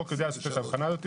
החוק יודע לעשות את ההבחנה הזאת,